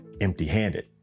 empty-handed